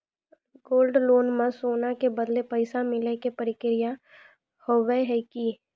Gold loan मे सोना के बदले पैसा मिले के प्रक्रिया हाव है की?